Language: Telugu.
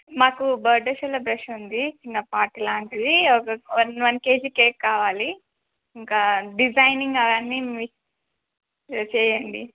మాకు బర్త్డే సెలబ్రేషన్ ఉంది చిన్న పార్టీ లాంటిది ఒక వన్ వన్ కేజీ కేక్ కావాలి ఇంకా డిజైనింగ్ అవన్నీ చేయండి